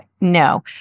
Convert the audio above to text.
No